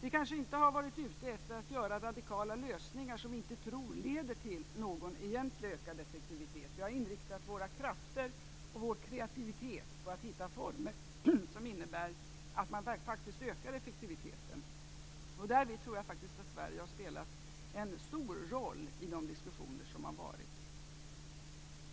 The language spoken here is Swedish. Vi har kanske inte varit ute efter att finna radikala lösningar som vi inte tror leder till någon egentlig, ökad effektivitet. Vi har inriktat våra krafter och vår kreativitet på att hitta former som innebär att man faktiskt ökar effektiviteten. Därvid tror jag att Sverige har spelat en stor roll i de diskussioner som har varit.